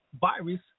virus